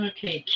Okay